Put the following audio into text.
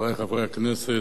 חברי חברי הכנסת,